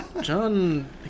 John